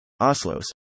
Oslos